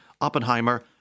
Oppenheimer